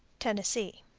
tennessee.